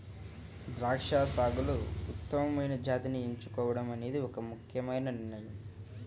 ద్రాక్ష సాగులో ఉత్తమమైన జాతిని ఎంచుకోవడం అనేది ఒక ముఖ్యమైన నిర్ణయం